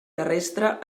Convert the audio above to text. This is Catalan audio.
terrestre